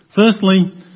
Firstly